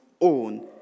own